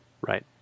Right